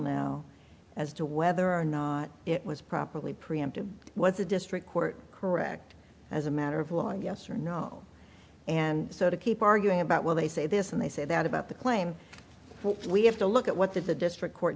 now as to whether or not it was properly preempted was a district court correct as a matter of law yes or no and so to keep arguing about will they say this and they say that about the claim we have to look at what the district court